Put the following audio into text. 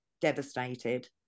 devastated